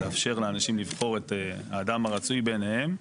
לאפשר לאנשים לבחור את האדם הרצוי בעיניהם,